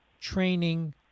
training